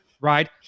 right